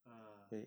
ah